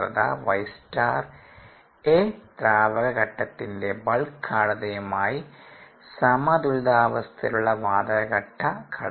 y∗A ദ്രാവക ഘട്ടത്തിന്റെ ബൾക്ക് ഗാഢതയുമായി സമതുലിതാവസ്ഥയിലുള്ള വാതക ഘട്ട ഘടനയാണ്